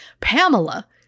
Pamela